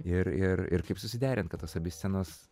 ir ir ir kaip susiderint kad tos abi scenos